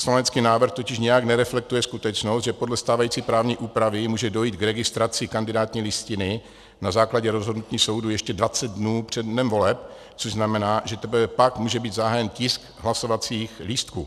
Poslanecký návrh totiž nijak nereflektuje skutečnost, že podle stávající právní úpravy může dojít k registraci kandidátní listiny na základě rozhodnutí soudu ještě 20 dnů přede dnem voleb, což znamená, že teprve pak může být zahájen tisk hlasovacích lístků.